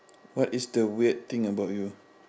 what is the weird thing about you